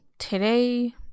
today